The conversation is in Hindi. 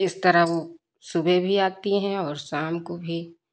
इस तरह वह सुबह भी आती है और शाम को भी